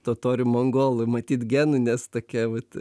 totorių mongolų matyt genų nes tokie vat